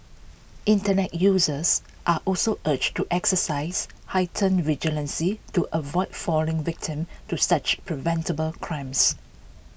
Internet users are also urged to exercise heightened vigilance to avoid falling victim to such preventable crimes